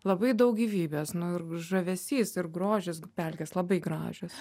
labai daug gyvybės nu ir žavesys ir grožis pelkės labai gražios